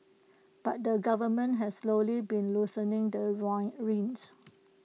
but the government has slowly been loosening the reins